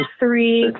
three